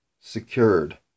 secured